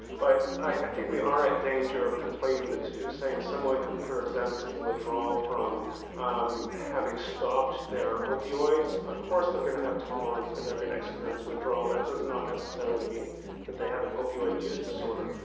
but i think we are at danger of conflating the two, saying someone who presents in withdrawal from having stopped their opioids of course they're going to have tolerance and they're going to experience withdrawal. that does not necessarily mean that they have an opioid use disorder.